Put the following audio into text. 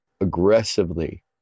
aggressively